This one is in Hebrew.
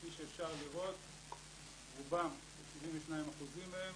כפי שאפשר לראות, רובם, 72% מהם